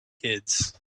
kids